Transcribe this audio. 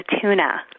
tuna